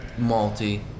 malty